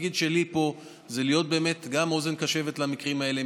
התפקיד שלי פה זה להיות באמת גם אוזן קשבת למקרים האלה.